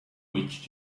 which